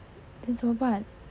then 怎么办